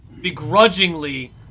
begrudgingly